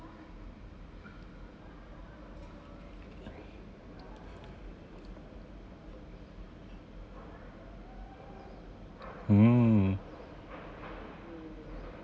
hmm